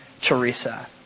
Teresa